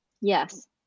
Yes